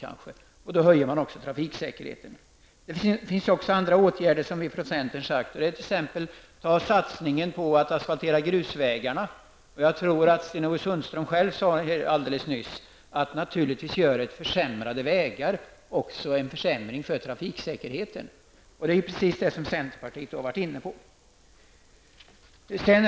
Även det gör att trafiksäkerheten ökar. Centern har också föreslagit andra åtgärder, t.ex. Sundström sade själv alldeles nyss att dåliga vägar också försämrar trafiksäkerheten. Det är precis vad centerpartiet har sagt. Herr talman!